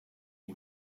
you